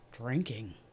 Drinking